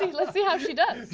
let's see how she does.